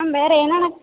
ma'am வேறு என்னென்ன